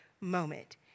moment